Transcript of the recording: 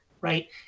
right